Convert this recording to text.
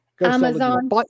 Amazon